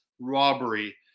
robbery